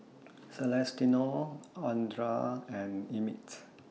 Celestino Audra and Emmitt